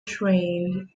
trained